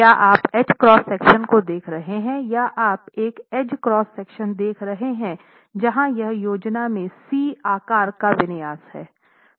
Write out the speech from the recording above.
क्या आप h cross section को देख रहे हैं या आप एक एज क्रॉस सेक्शन देख रहे हैं जहां यह योजना में C आकार का विन्यास है